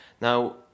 now